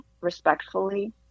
respectfully